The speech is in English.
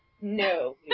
No